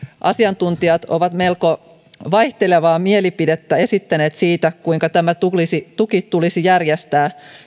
asiantuntijat ovat melko vaihtelevaa mielipidettä esittäneet siitä kuinka tämä tuki tulisi järjestää